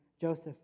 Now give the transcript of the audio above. Joseph